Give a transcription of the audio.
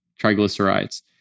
triglycerides